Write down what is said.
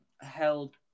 held